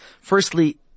Firstly